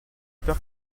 peur